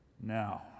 Now